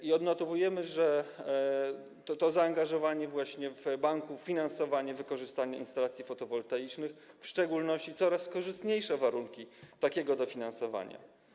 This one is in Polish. I odnotowujemy to zaangażowanie banku w dofinansowanie wykorzystania instalacji fotowoltaicznych, w szczególności coraz korzystniejsze warunki takiego dofinansowania.